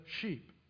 sheep